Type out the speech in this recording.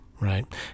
Right